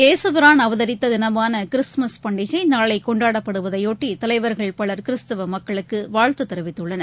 ஏக்பிராள் அவதரித்ததினமானகிறிஸ்துமஸ் பண்டிகைநாளைகொண்டாடப்படுவதையொட்டிதலைவர்கள் பலர் கிறிஸ்துவமக்களுக்குவாழ்த்துதெரிவித்துள்ளனர்